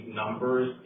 numbers